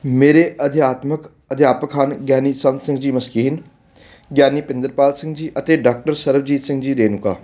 ਮੇਰੇ ਅਧਿਆਤਮਿਕ ਅਧਿਆਪਕ ਹਨ ਗਿਆਨੀ ਸੰਤ ਸਿੰਘ ਜੀ ਮਸਕੀਨ ਗਿਆਨੀ ਪਿੰਦਰਪਾਲ ਸਿੰਘ ਜੀ ਅਤੇ ਡਾਕਟਰ ਸਰਬਜੀਤ ਸਿੰਘ ਜੀ ਰੇਨੂਕਾ